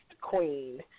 queen